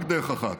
רק דרך אחת.